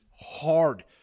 hard